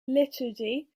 liturgy